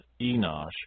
Enosh